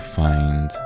find